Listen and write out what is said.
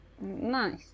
Nice